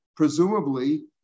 Presumably